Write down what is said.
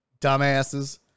Dumbasses